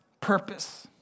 purpose